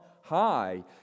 high